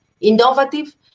innovative